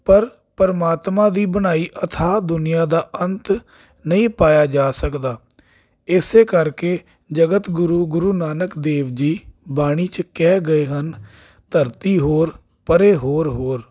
ਪਰ ਪਰਮਾਤਮਾ ਦੀ ਬਣਾਈ ਅਥਾਹ ਦੁਨੀਆਂ ਦਾ ਅੰਤ ਨਹੀਂ ਪਾਇਆ ਜਾ ਸਕਦਾ ਇਸ ਕਰਕੇ ਜਗਤ ਗੁਰੂ ਗੁਰੂ ਨਾਨਕ ਦੇਵ ਜੀ ਬਾਣੀ 'ਚ ਕਹਿ ਗਏ ਹਨ ਧਰਤੀ ਹੋਰ ਪਰੇ ਹੋਰ ਹੋਰ